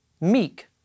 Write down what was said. meek